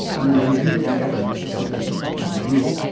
and a review of the evidence has suggested that may be real,